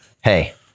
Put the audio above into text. hey